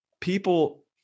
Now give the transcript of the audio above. people